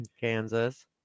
Kansas